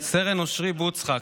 סרן אושרי משה בוצחק,